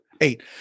Eight